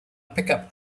pickup